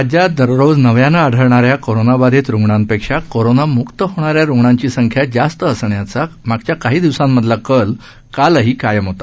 राज्यात दररोज नव्यानं आढळणाऱ्या कोरोनाबाधित रुग्णांपेक्षा कोरोनामुक्त होणाऱ्या रुग्णांची संख्या जास्त असण्याचा मागच्या काही दिवसांमधला कल कालही कायम होता